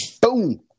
Boom